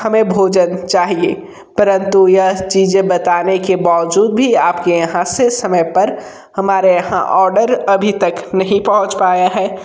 हमें भोजन चाहिए परंतु यह चीज़ें बताने के बावजूद भी आप के यहाँ से समय पर हमारे यहाँ ऑर्डर अभी तक नहीं पहुंच पाया है